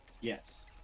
Yes